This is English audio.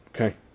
okay